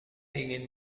ingin